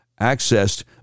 accessed